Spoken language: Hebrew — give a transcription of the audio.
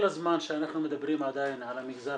כל הזמן שאנחנו מדברים עדיין על המגזר